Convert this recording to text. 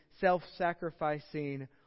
self-sacrificing